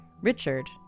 Richard